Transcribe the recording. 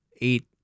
eight